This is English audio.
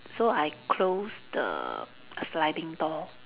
so I close the sliding door